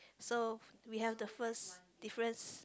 so we have the first difference